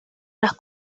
las